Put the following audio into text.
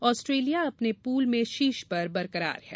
Australia अपने pool में शीर्ष पर बरकरार है